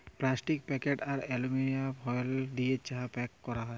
plastic packet আর aluminium foil দিয়ে চা প্যাক ক্যরা যায়